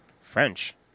French